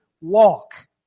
walk